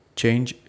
change